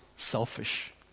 selfish